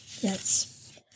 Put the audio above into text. Yes